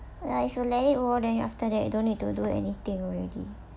ya if you lay it over then you after that you don't need to do anything already